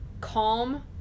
calm